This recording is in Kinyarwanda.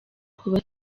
kuba